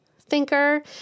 thinker